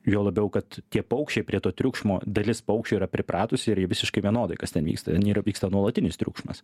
juo labiau kad tie paukščiai prie to triukšmo dalis paukščių yra pripratus ir jie visiškai vienodai kas ten vyksta ir vyksta nuolatinis triukšmas